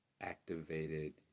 activated